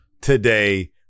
today